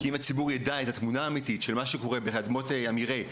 משום שאם הציבור ידע את התמונה האמיתית של מה שקורה באדמות המרעה,